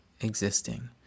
existing